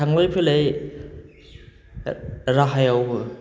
थांलाय फैलाय राहायावबो